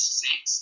six